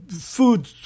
food